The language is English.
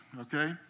okay